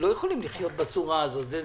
יכולים לחיות בצורה הזאת עם תקציב המשכי.